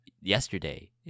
yesterday